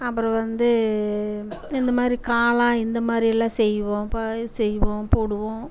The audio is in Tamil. அப்புறம் வந்து இந்த மாதிரி காளான் இந்த மாதிரி எல்லாம் செய்வோம் ப செய்வோம் போடுவோம்